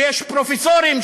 שיש פרופסורים,